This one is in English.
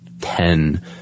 ten